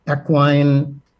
equine